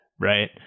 Right